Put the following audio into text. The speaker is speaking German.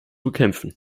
bekämpfen